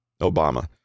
Obama